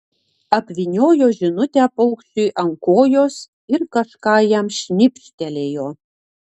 apvyniojo žinutę paukščiui ant kojos ir kažką jam šnibžtelėjo